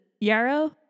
yarrow